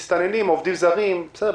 מסתננים, עובדים זרים, בסדר.